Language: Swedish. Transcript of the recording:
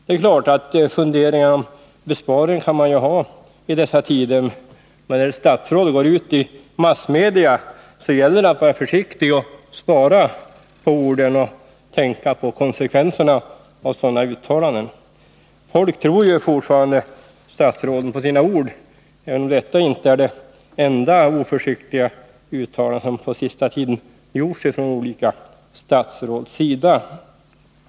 Det är klart att man kan ha funderingar om besparing i dessa tider. Men när ett statsråd uttalar sig i massmedia så gäller det att vara försiktig, spara på orden och tänka på konsekvenserna av sådana uttalanden som det här är fråga om. Folk tror ju fortfarande statsråden på deras ord, även om detta inte är det enda oförsiktiga uttalande som på senaste tiden gjorts av olika statsråd.